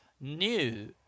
new